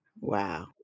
Wow